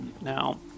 Now